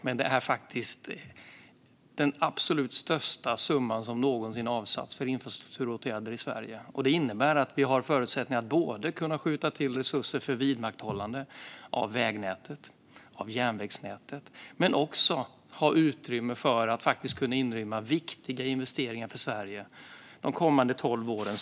Det här är faktiskt den absolut största summa som någonsin avsatts för infrastrukturåtgärder i Sverige, och det innebär att vi har förutsättningar både att kunna skjuta till resurser för vidmakthållande av vägnätet och järnvägsnätet och att ha utrymme för viktiga investeringar för Sverige de kommande tolv åren.